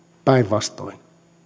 päinvastoin